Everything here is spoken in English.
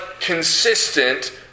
consistent